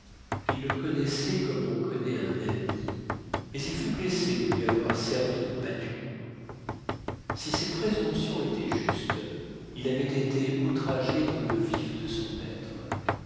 il le connaissait comme on connaît un ami mais il fut blessé de lui avoir servi de pâture si ses présomptions étaient justes il avait été outragé dans le vif de son être